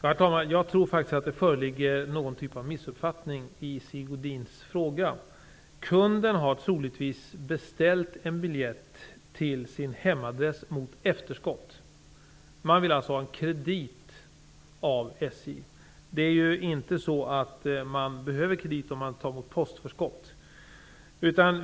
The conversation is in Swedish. Herr talman! Jag tror faktiskt att det föreligger någon typ av missuppfattning i Sigge Godins fråga. Kunden har troligtvis beställt en biljett till sin hemadress mot efterskott. Kunden vill alltså ha kredit av SJ. Det är inte så att kunden behöver kredit om han beställer mot postförskott.